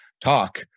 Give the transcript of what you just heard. talk